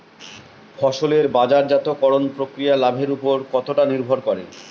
ফসলের বাজারজাত করণ প্রক্রিয়া লাভের উপর কতটা নির্ভর করে?